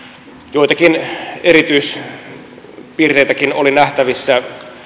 joitakin erityispiirteitäkin oli nähtävissä